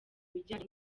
ibijyanye